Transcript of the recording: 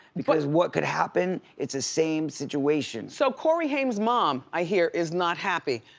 because what could happen, it's the same situation. so cory haim's mom i hear is not happy.